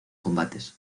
combates